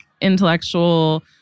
intellectual